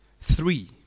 Three